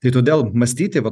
tai todėl mąstyti va